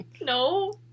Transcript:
no